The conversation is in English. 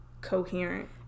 Coherent